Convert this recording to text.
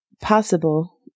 Possible